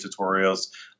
tutorials